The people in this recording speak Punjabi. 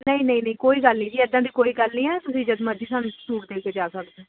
ਨਹੀਂ ਨਹੀਂ ਕੋਈ ਗੱਲ ਨਹੀਂ ਜੀ ਇੱਦਾਂ ਦੀ ਕੋਈ ਗੱਲ ਨਹੀਂ ਹੈ ਤੁਸੀਂ ਜਦ ਮਰਜ਼ੀ ਸਾਨੂੰ ਤੁਸੀਂ ਸੂਟ ਦੇ ਕੇ ਜਾ ਸਕਦੇ